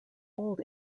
old